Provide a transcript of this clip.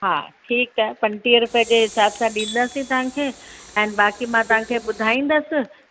हा ठीकु आहे पंजटीह रुपए जे हिसाब सां ॾींदासीं तव्हांखे एंड बाक़ी मां तव्हांखे ॿुधाईंदसि